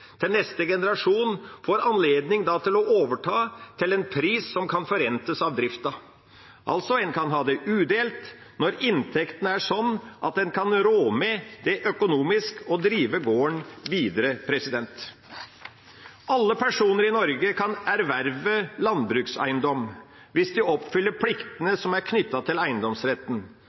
til neste generasjon får anledning til å overta til en pris som kan forrentes av driften. En kan altså ha eiendommen udelt når inntektene er slik at en økonomisk kan rå med å drive gården videre. Alle personer i Norge kan erverve landbrukseiendom hvis de oppfyller pliktene som er knyttet til eiendomsretten,